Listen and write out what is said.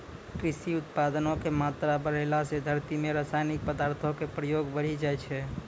कृषि उत्पादो के मात्रा बढ़ैला से धरती मे रसायनिक पदार्थो के प्रयोग बढ़ि जाय छै